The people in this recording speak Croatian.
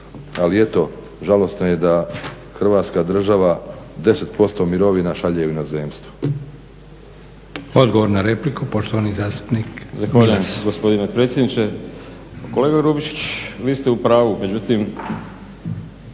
ali eto, žalosno je da Hrvatska država 10% mirovina šalje u inozemstvo.